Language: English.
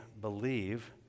believe